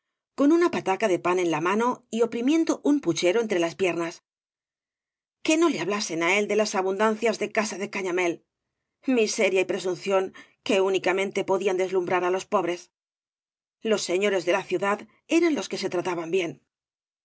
coa ixnsl pataca de pan en la mano y oprimiendo ua puchero entre las piernas que no le hablasen á él de las abundancias de casa de cañamél miseria y presunción que únicamente podían deslumhrar á los pobres los señores da la ciudad eran los que se trataban bien